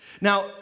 Now